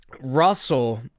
Russell